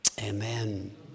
Amen